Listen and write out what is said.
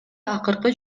акыркы